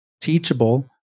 teachable